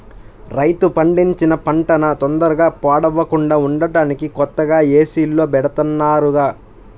రైతు పండించిన పంటన తొందరగా పాడవకుండా ఉంటానికి కొత్తగా ఏసీల్లో బెడతన్నారుగా